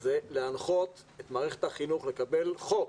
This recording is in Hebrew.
זה להנחות את מערכת החינוך לקבל חוק